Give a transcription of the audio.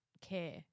care